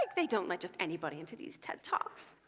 like they don't let just anybody into these ted talks.